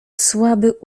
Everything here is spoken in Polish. słaby